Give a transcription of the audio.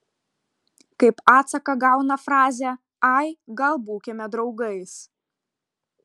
kaip atsaką gauna frazę ai gal būkime draugais